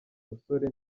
musore